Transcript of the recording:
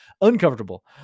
Uncomfortable